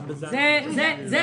גם זה בטיפול.